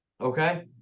Okay